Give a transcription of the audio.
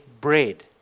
bread